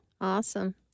Awesome